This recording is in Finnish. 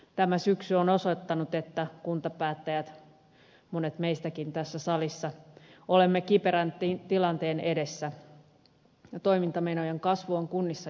tämä syksy on osoittanut että kuntapäättäjät monet meistäkin tässä salissa olemme kiperän tilanteen edessä ja toimintamenojen kasvu on kunnissa jatkunut